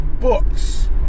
books